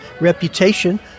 reputation